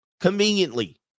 conveniently